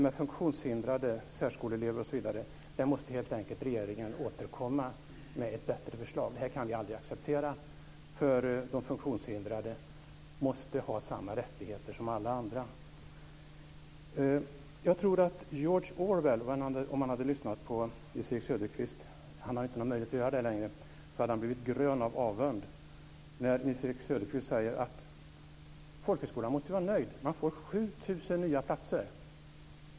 måste regeringen helt enkelt återkomma med ett bättre förslag. Det här kan vi aldrig acceptera, för de funktionshindrade måste ha samma rättigheter som alla andra. Jag tror att George Orwell, om han hade lyssnat - han har ingen möjlighet att göra det längre - hade blivit grön av avund när han hade hört Nils-Erik Söderqvist säga att folkhögskolan måste vara nöjd. Man får 7 000 nya platser.